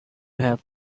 have